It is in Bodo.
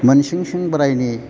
मोनसिं सिं बोरायनि